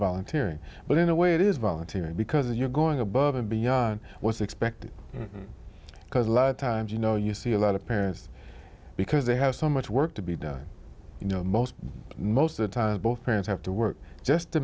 volunteering but in a way it is volunteering because you're going above and beyond what's expected because a lot of times you know you see a lot of parents because they have so much work to be done you know most most of the time both parents have to work just to